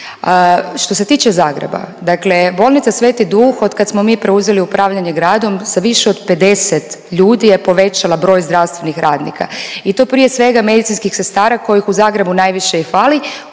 Što se tiče Zagreba, dakle bolnica Sveti duh od kad smo mi preuzeli upravljanje gradom sa više od 50 ljudi je povećala broj zdravstvenih radnika i to prije svega medicinskih sestara kojih u Zagrebu najviše i fali